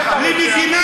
למשפחה, מאבטח, יהודי.